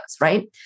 right